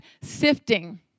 sifting